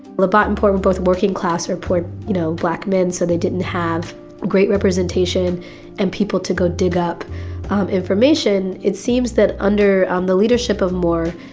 labat and poret were both working class or poor, you know, black men so they didn't have great representation and people to go dig up information. it seems that under um the leadership of moore,